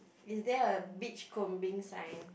is there a beachcombing sign